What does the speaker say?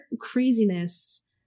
craziness